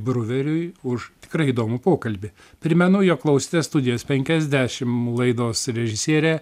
bruveriui už tikrai įdomų pokalbį primenu jog klausėtės studijos penkiasdešim laidos režisierė